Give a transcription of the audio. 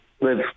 live